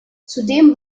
zudem